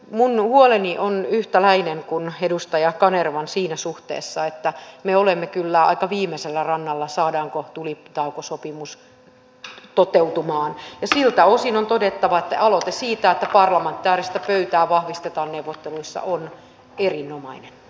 minun huoleni on yhtäläinen kuin edustaja kanervan siinä suhteessa että me olemme kyllä aika viimeisellä rannalla saadaanko tulitaukosopimus toteutumaan ja siltä osin on todettava että aloite siitä että parlamentaarista pöytää vahvistetaan neuvotteluissa on erinomainen